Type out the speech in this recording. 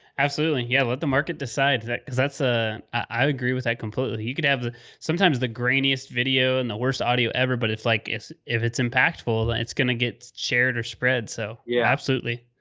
absolutely. and yeah. let the market decide because that's, ah i agree with that completely. you can have sometimes the grainiest video and the worst audio ever, but it's like, if if it's impactful, it's going to get shared or spread. so, yeah, absolutely